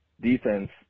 defense